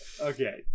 Okay